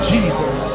Jesus